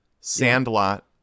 Sandlot